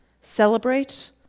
Celebrate